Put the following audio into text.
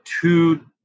two